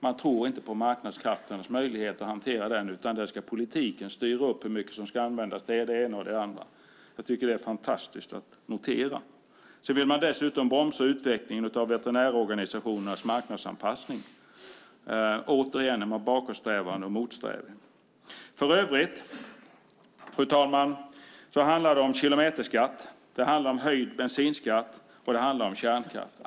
Man tror inte på marknadskrafternas möjlighet att hantera den, utan politiken ska styra upp hur mycket som ska användas. Det är fantastiskt att notera. Dessutom vill man bromsa utvecklingen av veterinärorganisationernas marknadsanpassning. Man är återigen bakåtsträvande och motsträvig. Fru talman! Det handlar för övrigt om kilometerskatt, höjd bensinskatt och om kärnkraft.